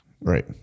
Right